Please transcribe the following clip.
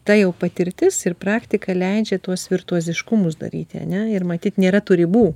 ta jau patirtis ir praktika leidžia tuos virtuoziškumas daryti ne ir matyt nėra tų ribų